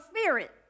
spirit